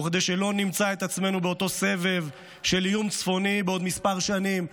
וכדי שלא נמצא את עצמנו באותו סבב של איום צפוני בעוד מספר שנים,